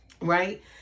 right